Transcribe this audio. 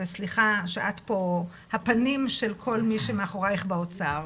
וסליחה שאת פה הפנים של כל מי שמאחוריך באוצר,